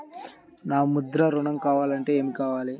నాకు ముద్ర ఋణం కావాలంటే ఏమి కావాలి?